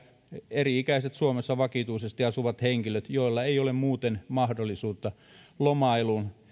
eri ikäiset suomessa vakituisesti asuvat henkilöt joilla ei ole muuten mahdollisuutta lomailuun